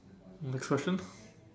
next question